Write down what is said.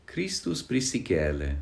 kristus prisikėlė